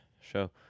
show